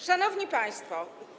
Szanowni Państwo!